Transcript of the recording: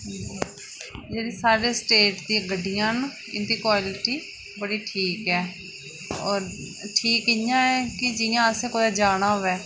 जेह्ड़ी साढ़ी स्टेट दियां गड्डियां न इं'दी क्वालिटी ठीक ऐ होर ठीक इं'या ऐ की जि'यां असें कुदै जाना होऐ